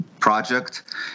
project